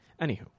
Anywho